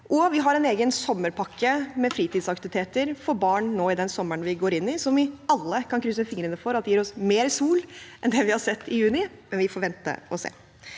også en egen sommerpakke med fritidsaktiviteter for barn i den sommeren vi nå går inn i, som vi alle kan krysse fingrene for at gir oss mer sol enn det vi har sett i juni. Vi får vente og se.